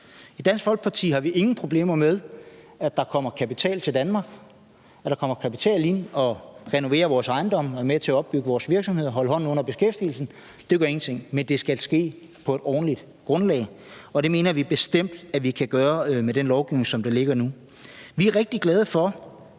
I Dansk Folkeparti har vi ingen problemer med, at der kommer kapital til Danmark; at der kommer kapital ind og renoverer vores ejendomme og er med til at opbygge vores virksomheder og holde hånden under beskæftigelsen. Det gør ingenting, men det skal ske på et ordentligt grundlag, og det mener vi bestemt vi kan sørge for med de lovforslag, som der ligger nu. Vi er rigtig glade for,